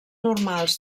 normals